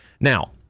Now